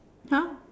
!huh!